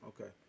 okay